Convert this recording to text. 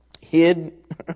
hid